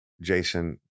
jason